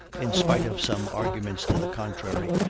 in spite of some arguments to the contrary,